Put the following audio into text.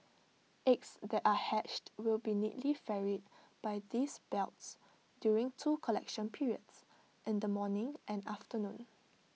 eggs that are hatched will be neatly ferried by these belts during two collection periods in the morning and afternoon